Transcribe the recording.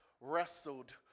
wrestled